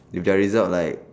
if their result like